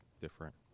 different